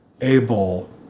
able